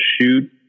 shoot